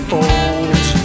old